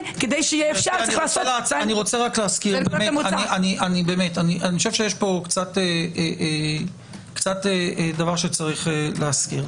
אני חושב שיש פה דבר שצריך להזכיר.